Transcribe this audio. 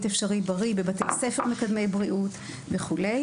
"אפשרי בריא" בבתי ספר מקדמי בריאות וכו'.